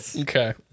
Okay